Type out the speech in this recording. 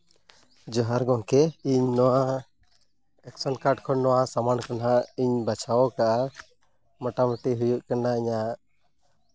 ᱡᱚᱦᱟᱨ ᱜᱚᱢᱠᱮ ᱤᱧ ᱱᱚᱣᱟ ᱨᱮᱥᱚᱱ ᱠᱟᱨᱰ ᱠᱷᱚᱱ ᱱᱚᱣᱟ ᱥᱟᱢᱟᱱ ᱠᱚ ᱦᱟᱸᱜ ᱤᱧ ᱵᱟᱪᱷᱟᱣ ᱠᱟᱜᱼᱟ ᱢᱳᱴᱟᱢᱩᱴᱤ ᱦᱩᱭᱩᱜ ᱠᱟᱱᱟ ᱤᱧᱟᱹᱜ